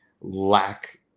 lack